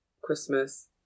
Christmas